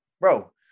Bro